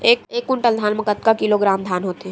एक कुंटल धान में कतका किलोग्राम धान होथे?